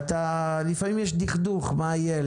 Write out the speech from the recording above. לפעמים יש דכדוך מה יהיה,